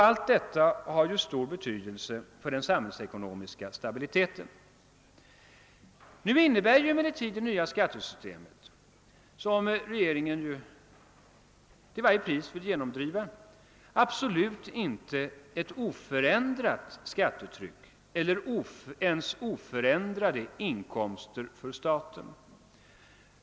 Allt detta har ju stor betydelse för den samhällsekono miska stabiliteten. Nu innebär emellertid det nya skattesystemet, som regeringen ju till varje pris vill genomdriva, absolut inte ett oförändrat skattetryck eller ens oförändrade inkomster för staten.